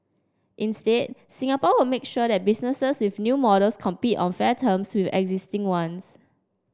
instead Singapore will make sure that businesses with new models compete on fair terms with existing ones